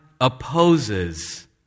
opposes